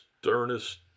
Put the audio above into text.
sternest